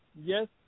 Yes